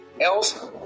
else